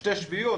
בשתי שביעיות,